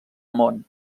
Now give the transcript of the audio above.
món